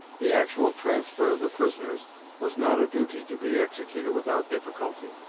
the actual transfer of the prisoners was not a duty to be executed without difficulty.